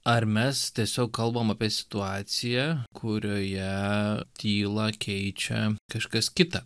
ar mes tiesiog kalbam apie situaciją kurioje tylą keičia kažkas kita